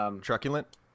Truculent